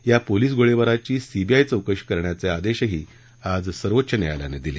या पोलीस गोळीबाराची सीबीआय चौकशी करण्याचे आदेशही आज सर्वोच्च न्यायालयानं दिले